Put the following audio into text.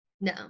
No